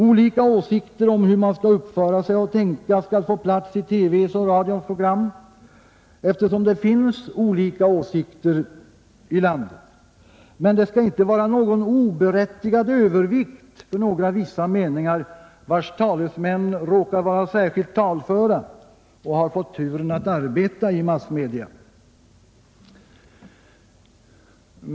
Olika åsikter om hur man skall uppföra sig och tänka skall få plats i TV:s och radions program, eftersom det finns olika åsikter i landet, men det skall inte vara någon oberättigad övervikt för vissa meningar, vilkas talesmän råkar vara särskilt talföra och har fått turen att arbeta i massmedia.